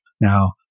Now